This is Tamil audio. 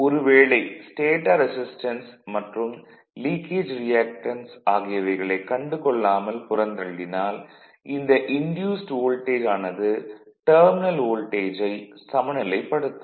ஒரு வேளை ஸ்டேடார் ரெசிஸ்டன்ஸ் மற்றும் லீக்கேஜ் ரியாக்டன்ஸ் ஆகியவைகளை கண்டுகொள்ளாமல் புறந்தள்ளினால் இந்த இன்டியூஸ்ட் வோல்டேஜ் ஆனது டெர்மினல் வோல்டேஜை சமநிலைப்படுத்தும்